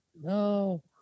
No